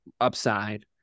upside